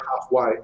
halfway